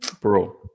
bro